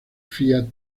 fiat